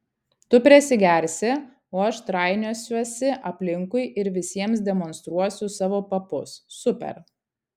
tu prisigersi o aš trainiosiuosi aplinkui ir visiems demonstruosiu savo papus super